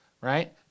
right